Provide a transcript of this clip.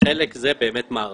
וחלק אלה מערכות.